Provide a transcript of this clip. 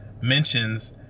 mentions